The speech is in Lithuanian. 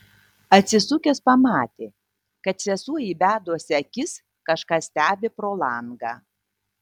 atsisukęs pamatė kad sesuo įbedusi akis kažką stebi pro langą